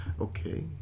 Okay